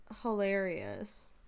hilarious